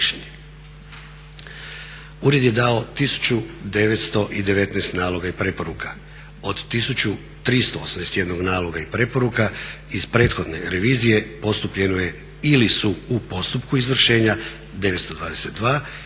Ured je dao 1919 naloga i preporuka. Od 1381 naloga i preporuka iz prethodne revizije postupljeno je ili su u postupku izvršenja 922 ili